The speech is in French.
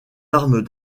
armes